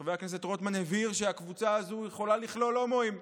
חבר הכנסת רוטמן הבהיר שהקבוצה הזו יכולה לכלול הומואים.